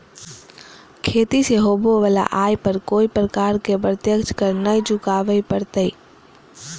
खेती से होबो वला आय पर कोय प्रकार के प्रत्यक्ष कर नय चुकावय परतय